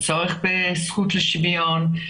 הצורך בשוויון.